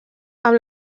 amb